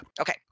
Okay